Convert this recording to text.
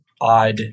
odd